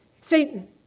Satan